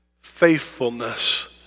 Faithfulness